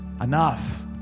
Enough